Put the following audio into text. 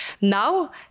Now